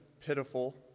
pitiful